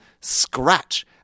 scratch